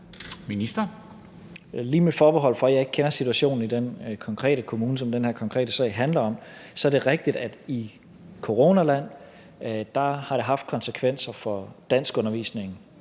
Tesfaye): Lige med forbehold for, at jeg ikke kender situationen i den konkrete kommune, som den her konkrete sag handler om, vil jeg sige, at det er rigtigt, at i coronaland har det haft konsekvenser for danskundervisningen